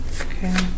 Okay